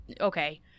okay